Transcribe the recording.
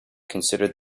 considered